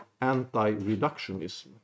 anti-reductionism